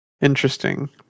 interesting